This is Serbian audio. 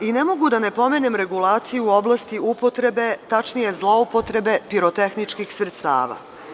Ne mogu da ne pomenem regulaciju u oblasti upotrebe, tačnije zloupotrebe pirotehnički sredstava.